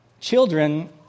Children